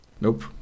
Nope